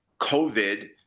COVID